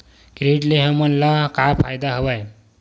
Credit ले हमन ला का फ़ायदा हवय?